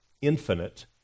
infinite